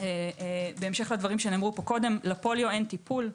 לפוליו אין טיפול.